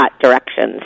directions